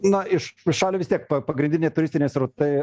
na iš į šalį vis tiek pagrindiniai turistiniai srautai